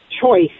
choice